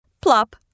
Plop